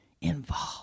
involved